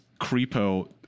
creepo